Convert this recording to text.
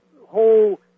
whole